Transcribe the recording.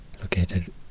located